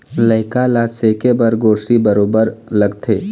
लइका ल सेके बर गोरसी बरोबर लगथे